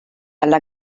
alla